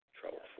Trouble